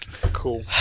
Cool